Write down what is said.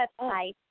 website